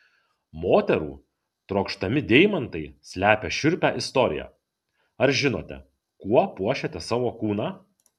moterų trokštami deimantai slepia šiurpią istoriją ar žinote kuo puošiate savo kūną